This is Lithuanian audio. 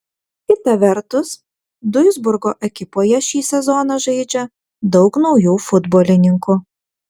kita vertus duisburgo ekipoje šį sezoną žaidžia daug naujų futbolininkų